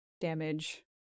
damage